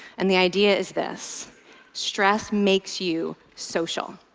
and the idea is this stress makes you social.